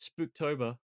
Spooktober